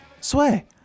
sway